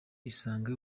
isange